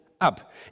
up